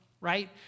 right